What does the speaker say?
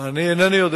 אני אינני יודע